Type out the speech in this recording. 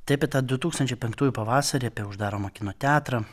taip bet tą du tūkstančiai penktųjų pavasarį apie uždaromą kino teatrą